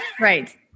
right